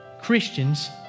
Christians